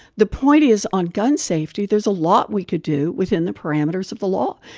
the point is, on gun safety, there's a lot we could do within the parameters of the law.